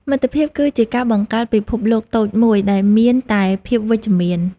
មិត្តភាពគឺជាការបង្កើតពិភពលោកតូចមួយដែលមានតែភាពវិជ្ជមាន។